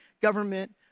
government